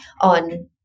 on